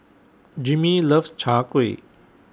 Jimmie loves Chai Kuih